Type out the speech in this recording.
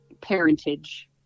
parentage